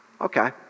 Okay